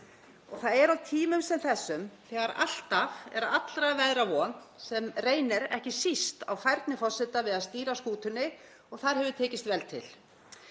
Það er á tímum sem þessum, þegar alltaf er allra veðra von, sem reynir ekki síst á færni forseta við að stýra skútunni og þar hefur tekist vel til.